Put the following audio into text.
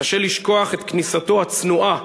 קשה לשכוח את כניסתו הצנועה